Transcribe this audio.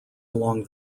along